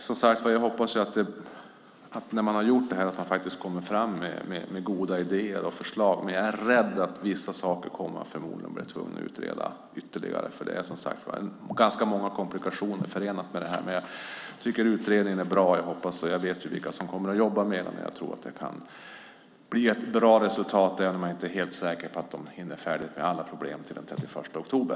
Som sagt hoppas jag att man kommer fram med goda idéer och förslag, men jag är rädd att man kommer att bli tvungen att utreda vissa saker ytterligare, för det är som sagt ganska många komplikationer förenade med det här. Men jag tycker att utredningen är bra och vet vilka som kommer att jobba i den. Jag tror att det kan bli ett bra resultat, men jag är inte helt säker på att de hinner bli färdiga med alla problem till den 31 oktober.